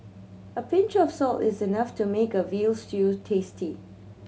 a pinch of salt is enough to make a veal stew tasty